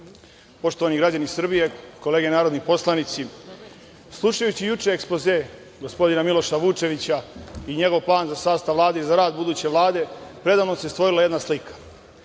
Hvala. Poštovani građani Srbije, kolege narodni poslanici, slušajući juče ekspoze gospodina Miloša Vučevića i njegov plan za sastav Vlade i za rad buduće Vlade, predamnom se stvorila jedna slika.